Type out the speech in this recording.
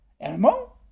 Elmo